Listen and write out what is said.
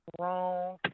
wrong